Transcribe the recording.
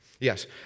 Yes